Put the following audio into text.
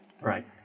Right